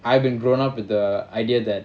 I have been grown up with the idea that